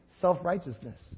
self-righteousness